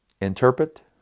interpret